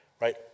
right